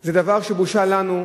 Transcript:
זה דבר שהוא בושה לנו,